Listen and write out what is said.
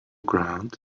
ground